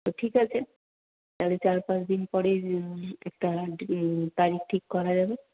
তো ঠিক আছে তাহলে চার পাঁচ দিন পরেই একটা তারিখ ঠিক করা যাবে